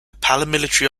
paramilitary